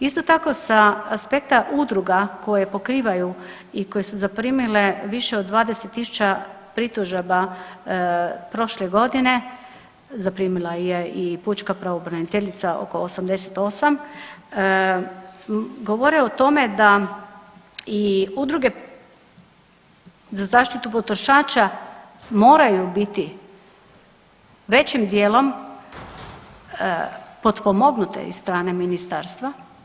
Isto tako sa aspekta udruga koje pokrivaju i koje su zaprimile više od 20.000 pritužaba prošle godine, zaprimila je i pučka pravobraniteljica oko 88, govore o tome da i udruge za zaštitu potrošača moraju biti većim dijelom potpomognute od strane ministarstva.